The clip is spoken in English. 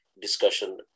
discussion